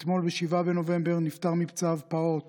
אתמול, ב-7 בנובמבר, נפטר מפצעיו פעוט